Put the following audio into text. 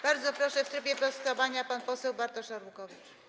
Bardzo proszę w trybie sprostowania pan poseł Bartosz Arłukowicz.